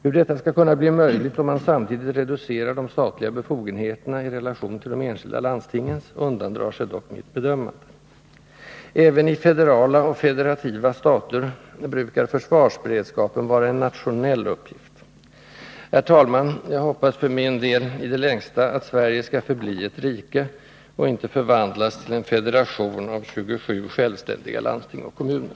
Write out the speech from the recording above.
Hur detta skall kunna bli möjligt om man samtidigt reducerar de statliga befogenheterna i relation till de enskilda landstingens undandrar sig dock mitt bedömande. Även i federala och federativa stater brukar försvarsberedskapen vara en nationell uppgift. Herr talman! Jag hoppas för min del att Sverige dock i det längsta skall förbli ett rike och inte förvandlas till en federation av 27 självständiga landsting och kommuner.